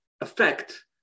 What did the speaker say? affect